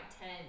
ten